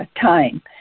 time